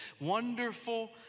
Wonderful